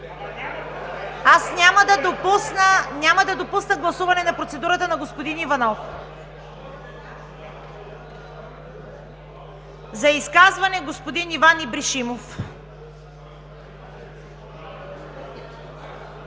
Аз няма да допусна гласуване на процедурата на господин Иванов. За изказване – господин Иван Ибришимов.